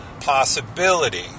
possibility